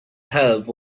help